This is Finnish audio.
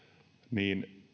niin